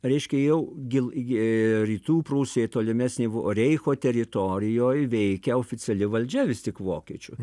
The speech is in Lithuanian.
reiškia jau gi rytų prūsija tolimesnė o reicho teritorijoj veikia oficiali valdžia vis tik vokiečių